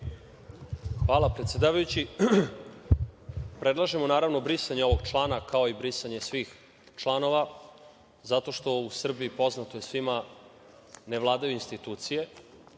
Hvala predsedavajući. Predlažemo brisanje ovog člana, kao i brisanje svih članova zato što u Srbiji, poznato je svima, ne vladaju institucije.